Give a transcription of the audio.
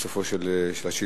בסופן של השאילתות.